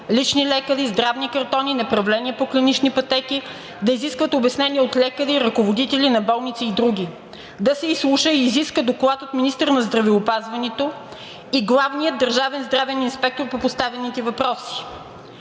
лични лекари, здравни картони, направления по клинични пътеки, да изисква обяснение от лекари, ръководители на болници и други. Да се изслуша и изиска доклад от министъра на здравеопазването и главния държавен здравен инспектор по поставените въпроси.